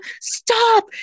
stop